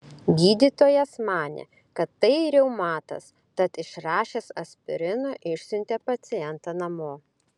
gydytojas manė kad tai reumatas tad išrašęs aspirino išsiuntė pacientę namo